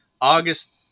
August